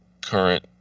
current